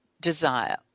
desire